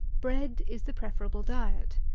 bread is the preferable diet.